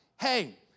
hey